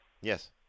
Yes